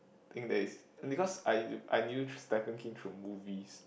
think that is because I I knew Stephen-King through movies